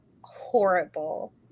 horrible